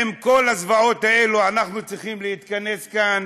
עם כל הזוועות האלה אנחנו צריכים להתכנס כאן